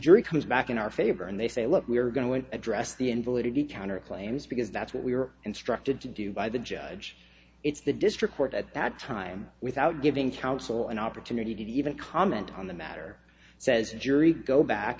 jury comes back in our favor and they say look we are going to address the invalidity counterclaims because that's what we were instructed to do by the judge it's the district court at that time without giving counsel an opportunity to even comment on the matter says a jury go back